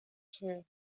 true